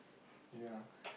ya